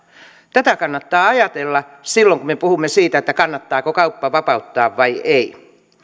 tätä kannattaa ajatella silloin kun me puhumme siitä kannattaako kauppa vapauttaa vai ei